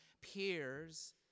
peers